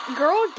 girl